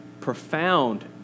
profound